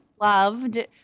loved